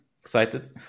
excited